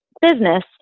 business